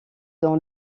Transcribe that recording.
dans